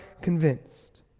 convinced